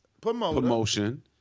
promotion